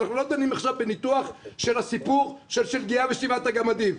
אנחנו לא דנים עכשיו בניתוח הסיפור של שלגייה ושבעת הגמדים,